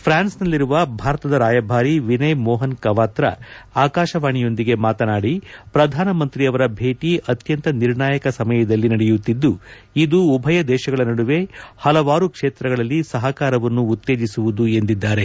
ಫ್ರಾನ್ಸ್ನಲ್ಲಿರುವ ಭಾರತದ ರಾಯಭಾರಿ ವಿನಯ್ ಮೋಹನ್ ಕವಾತ್ರ ಆಕಾಶವಾಣಿಯೊಂದಿಗೆ ಮಾತನಾಡಿ ಫ್ರಧಾನಮಂತ್ರಿಯವರ ಭೇಟಿ ಅತ್ಯಂತ ನಿರ್ಣಾಯಕ ಸಮಯದಲ್ಲಿ ನಡೆಯುತ್ತಿದ್ದು ಇದು ಉಭಯ ದೇಶಗಳ ನಡುವೆ ಹಲವಾರು ಕ್ಷೇತ್ರಗಳಲ್ಲಿ ಸಹಕಾರವನ್ನು ಉತ್ತೇಜಿಸುವುದು ಎಂದಿದ್ದಾರೆ